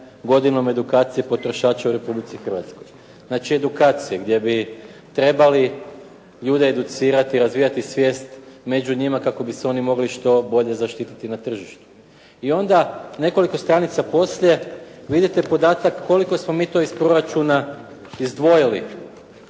godinom edukacije potrošača u Republici Hrvatskoj. Znači, edukacija, gdje bi trebali ljude educirati i razvijati svijest među njima kako bi se oni mogli što bolje zaštiti na tržištu. I onda nekoliko stranica poslije vidite podatak koliko smo mi toga iz proračuna izdvojili,